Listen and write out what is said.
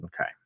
Okay